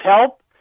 help